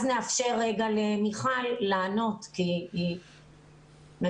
נאפשר רגע למיכל לענות כי היא מבקשת.